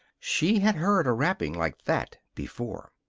she had heard a rapping like that before.